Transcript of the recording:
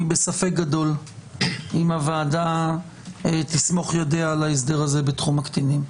אני בספק גדול אם הוועדה תסמוך ידיה על ההסדר הזה בתחום הקטינים.